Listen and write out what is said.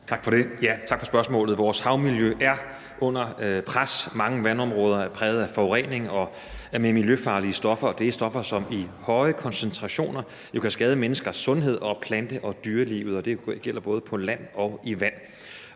Tak for det, og tak for spørgsmålet. Vores havmiljø er under pres. Mange vandområder er præget af forurening med miljøfarlige stoffer, og det er stoffer, som i høje koncentrationer jo kan skade menneskers sundhed og plante- og dyrelivet, og det gælder både på land og i vand.